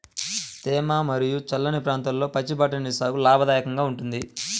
తేమ మరియు చల్లని ప్రాంతాల్లో పచ్చి బఠానీల సాగు లాభదాయకంగా ఉంటుంది